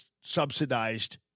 subsidized